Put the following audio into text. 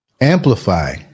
amplify